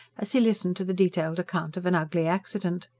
as he listened to the detailed account of an ugly accident.